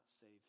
save